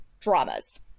dramas